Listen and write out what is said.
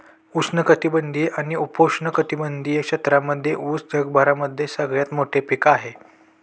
उष्ण कटिबंधीय आणि उपोष्ण कटिबंधीय क्षेत्रांमध्ये उस जगभरामध्ये सगळ्यात मोठे पीक आहे